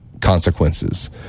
consequences